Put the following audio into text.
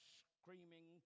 screaming